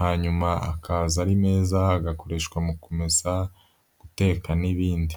hanyuma hakaza ari meza, agakoreshwa mu kumesa, guteka n'ibindi.